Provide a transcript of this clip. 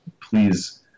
please